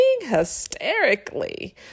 hysterically